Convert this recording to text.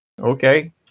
Okay